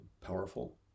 powerful